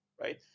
Right